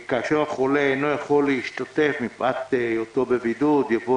כאשר החולה אינו יכול להשתתף מפאת היותו בבידוד יבוא